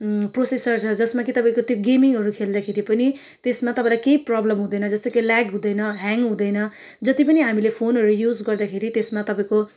processor छ जसमा कि तपाईँको गेमिङहरू खेल्दा पनि त्यसमा तपाईँलाई केही प्रब्लम हुँदैन जस्तो कि ल्याग हुँदैन ह्याङ हुँदैन जति पनि हामीले फोनहरू युज गर्दखेरि त्यसमा तपाईँको